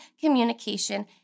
communication